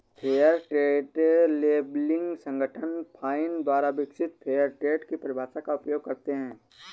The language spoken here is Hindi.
फेयर ट्रेड लेबलिंग संगठन फाइन द्वारा विकसित फेयर ट्रेड की परिभाषा का उपयोग करते हैं